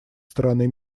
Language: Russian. стороны